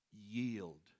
Yield